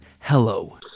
hello